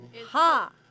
Ha